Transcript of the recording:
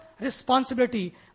responsibility